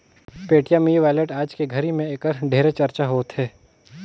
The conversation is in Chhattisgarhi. पेटीएम ई वॉलेट आयज के घरी मे ऐखर ढेरे चरचा होवथे